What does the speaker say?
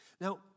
Now